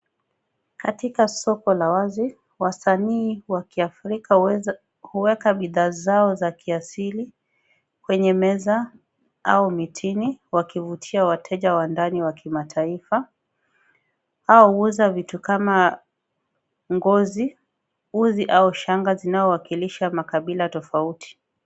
Katika soko la wazi, wasanii wa kiafrika huweka bidhaa zao za kiasili kwenye meza au mitini wakivutia wateja wa ndani wa kimataifa, au huuza vitu kama ngozi, uzi au shanga zinazowakilisha makabila tofauti.